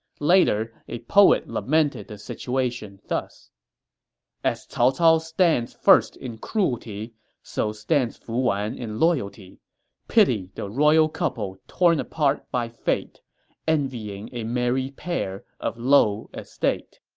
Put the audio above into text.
later, a poet lamented the situation thus as cao cao stands first in cruelty so stands fu wan in loyalty pity the royal couple torn apart by fate envying a married pair of low estate